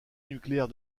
nucléaire